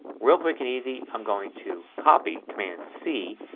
real quick and easy i'm going to copy, command c,